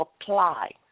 apply